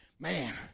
Man